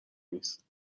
نیست